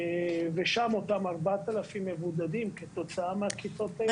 וזה הכל בהסתמך על נתוני משרד הבריאות.